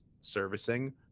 servicing